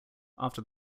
after